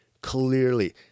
clearly